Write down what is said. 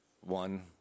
one